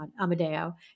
Amadeo